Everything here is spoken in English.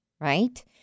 right